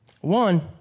One